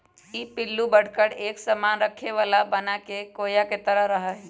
ई पिल्लू बढ़कर एक सामान रखे वाला बनाके कोया के तरह रहा हई